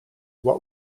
what